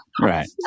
Right